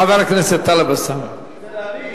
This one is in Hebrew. חבר הכנסת, הם לא יודעים.